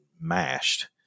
mashed